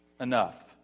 enough